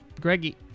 Greggy